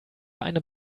eine